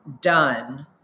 done